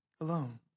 alone